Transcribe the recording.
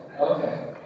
Okay